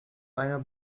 einer